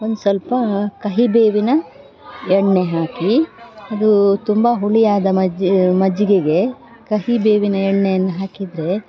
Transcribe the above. ಒಂದು ಸ್ವಲ್ಪ ಕಹಿಬೇವಿನ ಎಣ್ಣೆ ಹಾಕಿ ಅದು ತುಂಬ ಹುಳಿಯಾದ ಮಜ್ಜಿಗೆಗೆ ಕಹಿಬೇವಿನ ಎಣ್ಣೆಯನ್ನು ಹಾಕಿದರೆ